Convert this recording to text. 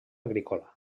agrícola